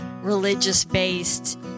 religious-based